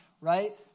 right